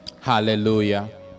Hallelujah